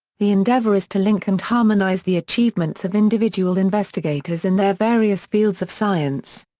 the endeavour is to link and harmonise the achievements of individual investigators in their various fields of science.